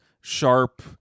Sharp